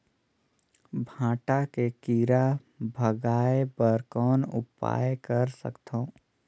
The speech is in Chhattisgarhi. भांटा के कीरा भगाय बर कौन उपाय कर सकथव?